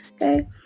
okay